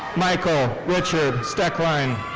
michael richard stecklein.